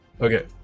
Okay